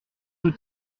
tout